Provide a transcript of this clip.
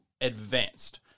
advanced